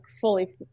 fully